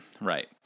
Right